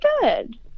good